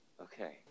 Okay